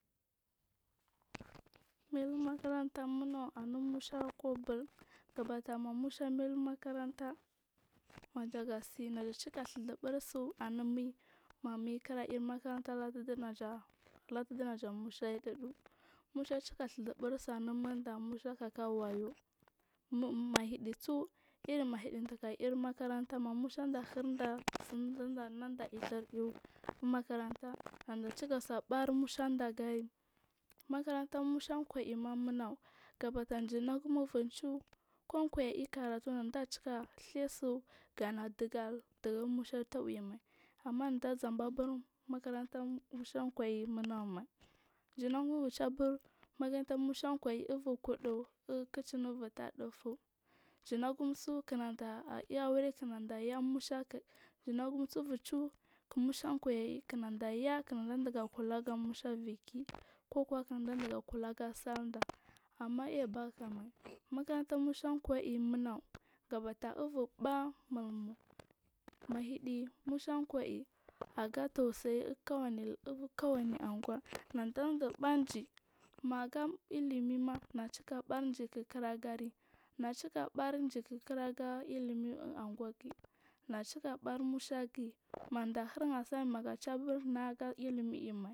mailu makaranta munau anu mushakubu katamar musha mailu makaranta majaga see naja cika dhurzubur su anu munyi ma munyi kira ir makaranta latudi naja musha yiɗuɗu musha cika dhuzubur sanu munda ma musha gawayu mu mahiɗisu irri mahe duku iri makaranta ma mushanda hirda ufun cludibur nanda dhir iew umakarata nadachika ɓar mushandagari makarantar mushan kwayi ma munaugu gabaga jinagi muburcu kokwai ir karatanada cika dharsu dugu musha tauimai amma dazanbba abur makaran musha kwai munau mai jinagu ubucie buri kuɗu ukecing ubur taah ɗufuh jinagumsu kinada ai aure kinada ya mushak jinagusu iburcur kik musha kwai kinada yaa kinadiga kuladu musha ivuki kukuwa kinda bur kulaga salda amma aibank mai makaranta musha kwai munag gabata ubur ɓaa mahi ɗi musha kwai aga tausaiyi ullu kuwani anguw nadabur ɓanji maga ilimima gaɓar jikukira gari gabar jik kira ilimi u anguwagiyi nacika ɓai mushagayi mada hir assignment ma ciban naga ga ilimir imai.